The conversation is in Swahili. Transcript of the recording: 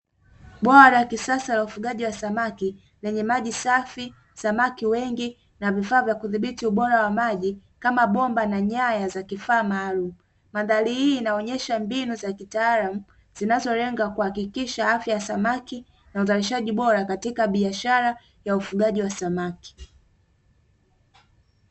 Bwawa la kisasa la ufugaji wa samaki lenye maji safi, samaki engi, na vifaa vya kudhibiti bwawa la maji kama bomba na nyaya za kifaa maalumu. Mandhari hii inaonesha mbinu za kitaalamu zinazolenga kuhakikisha afya ya samaki, na uzalishaji bora katika biashara ya ufugaji wa samaki.